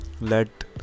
let